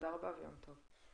תודה רבה, הישיבה